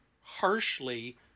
harshly